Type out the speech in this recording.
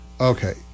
Okay